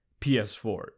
PS4